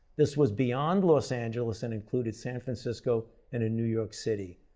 this was beyond los angeles and included san francisco and in new york city.